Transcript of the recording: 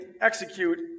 execute